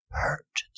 hurt